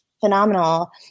phenomenal